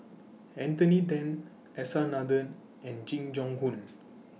Anthony Then S R Nathan and Jing Jun Hong